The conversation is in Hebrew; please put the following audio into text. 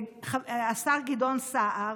השר גדעון סער,